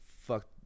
Fuck